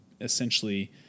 essentially